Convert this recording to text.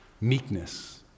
Meekness